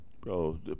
Bro